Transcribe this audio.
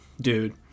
Dude